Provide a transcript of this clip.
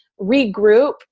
regroup